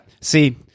See